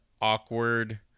awkward